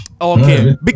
Okay